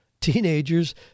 teenagers